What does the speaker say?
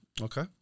Okay